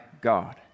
God